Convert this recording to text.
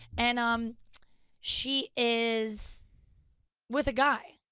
and um she is with a guy.